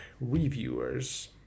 reviewers